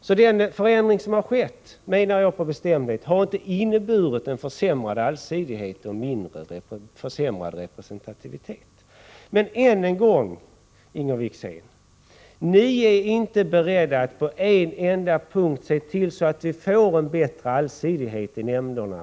Så den förändring som har skett, menar jag med bestämdhet, har inte inneburit försämrad allsidighet och försämrad representativitet. Men än en gång, Inger Wickzén: Ni är inte beredda att på en enda punkt i praktisk handling se till att det blir en bättre allsidighet i nämnderna.